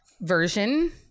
version